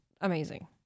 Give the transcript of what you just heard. amazing